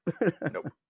Nope